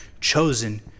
chosen